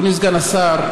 אדוני סגן השר,